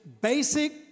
basic